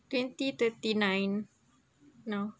twenty thirty nine now